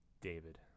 David